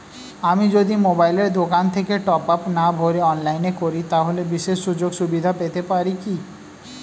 আমি যদি মোবাইলের দোকান থেকে টপআপ না ভরে অনলাইনে করি তাহলে বিশেষ সুযোগসুবিধা পেতে পারি কি?